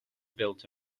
built